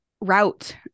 route